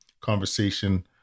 conversation